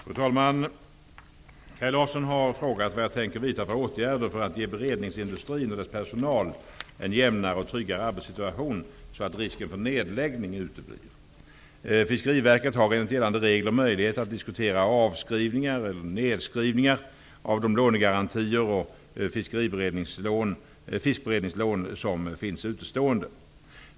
Fru talman! Kaj Larsson har frågat vad jag tänker vidta för åtgärder för att ge beredningsindustrin och dess personal en jämnare och tryggare arbetssituation så att risken för nedläggning uteblir. Fiskeriverket har enligt gällande regler möjlighet att diskutera avskrivningar och/eller nedskrivningar av de lånegarantier och fiskberedningslån som finns utestående.